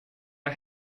are